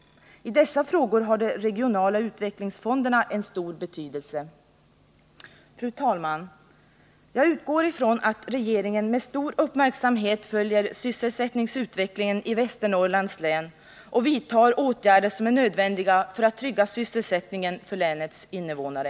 I dessa frågor har de regionala utvecklingsfonderna en stor betydelse. Fru talman! Jag utgår ifrån att regeringen med stor uppmärksamhet följer sysselsättningsutvecklingen i Västernorrlands län och vidtar åtgärder som är nödvändiga för att trygga sysselsättningen för länets innevånare.